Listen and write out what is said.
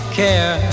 care